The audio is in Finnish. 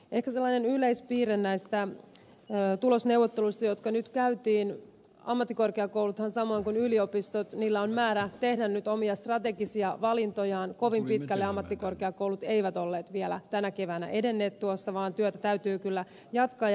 ehkä tällainen yleispiirre näissä tulosneuvotteluissa jotka nyt käytiin ammattikorkeakouluillahan samoin kuin yliopistoilla on määrä tehdä nyt omia strategisia valintojaan oli se että kovin pitkälle ammattikorkeakoulut eivät olleet vielä tänä keväänä edenneet tuossa vaan työtä täytyy kyllä jatkaa ja